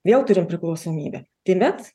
vėl turim priklausomybę taimet